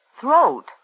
throat